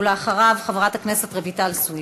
אחריו, חברת הכנסת רויטל סויד.